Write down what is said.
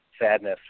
sadness